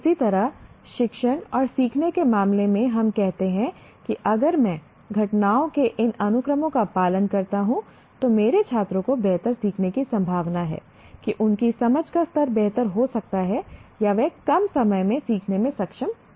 इसी तरह शिक्षण और सीखने के मामले में हम कहते हैं कि अगर मैं घटनाओं के इन अनुक्रमों का पालन करता हूं तो मेरे छात्रों को बेहतर सीखने की संभावना है कि उनकी समझ का स्तर बेहतर हो सकता है या वे कम समय में सीखने में सक्षम हो सकते हैं